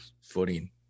footing